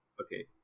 Okay